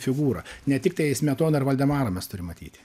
figūra ne tiktai smetoną ir valdemarą mes turim matyti